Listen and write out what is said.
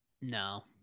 No